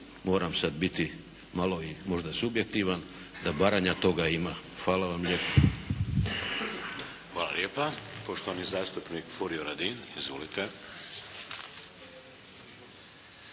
moram sad biti malo i možda subjektivan da Baranja toga tima. Hvala vam lijepa. **Šeks, Vladimir (HDZ)** Hvala lijepa. Poštovani zastupnik Furio Radin. Izvolite.